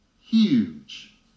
huge